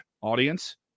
audience